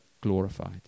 glorified